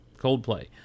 Coldplay